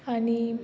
आनी